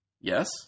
Yes